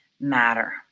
matter